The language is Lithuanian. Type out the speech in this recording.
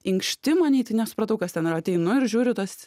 inkštimą nei tai nesupratau kas ten ir ateinu ir žiūriu tas